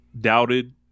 doubted